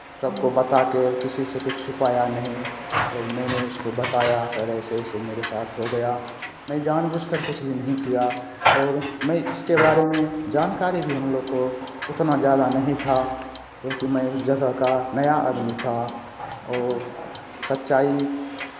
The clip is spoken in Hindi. सबको बता के किसी से कुछ छुपाया नहीं ओर मैंने उसको बताया सर ऐसे ऐसे मेरे साथ हो गया मैं जान बूझकर कुछ भी नहीं किया और मैं इसके बारे में जानकारी भी हम लोग को उतना ज़्यादा नहीं था क्योंकि मैं उस जगह का नया आदमी था और सच्चाई